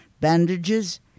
bandages